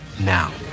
now